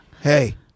hey